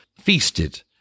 feasted